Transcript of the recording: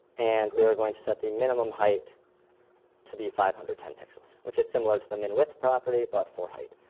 and we're going to set the minimum height to be five hundred and ten pixels, which is similar to the min-width property but for height.